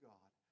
God